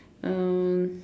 um